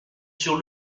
sur